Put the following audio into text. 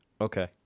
Okay